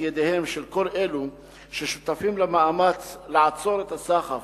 ידיהם של כל אלה ששותפים למאמץ לעצור את הסחף,